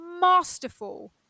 masterful